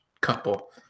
couple